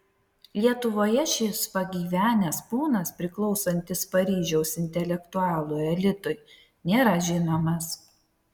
lietuvoje šis pagyvenęs ponas priklausantis paryžiaus intelektualų elitui nėra žinomas